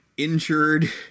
Injured